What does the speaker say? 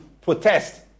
protest